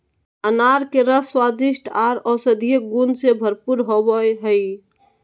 अनार के रस स्वादिष्ट आर औषधीय गुण से भरपूर होवई हई